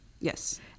Yes